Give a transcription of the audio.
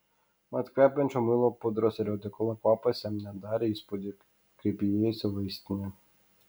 mat kvepiančio muilo pudros ir odekolono kvapas jam darė įspūdį kaip įėjus į vaistinę